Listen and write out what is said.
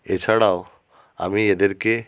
এছাড়াও আমি এদেরকে